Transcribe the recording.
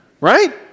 Right